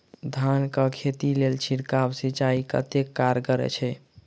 धान कऽ खेती लेल छिड़काव सिंचाई कतेक कारगर छै?